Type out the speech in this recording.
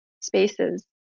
spaces